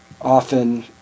often